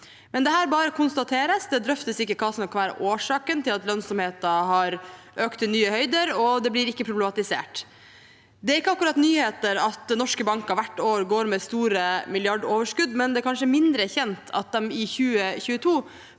Dette bare konstateres. Det drøftes ikke hva som kan være årsaken til at lønnsomheten har økt til nye høyder, og det blir ikke problematisert. Det er ikke akkurat nyheter at norske banker hvert år går med store milliardoverskudd, men det er kanskje mindre kjent at